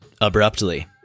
Abruptly